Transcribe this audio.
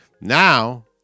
now